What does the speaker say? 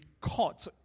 caught